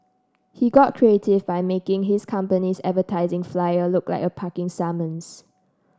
he got creative by making his company's advertising flyer look like a parking summons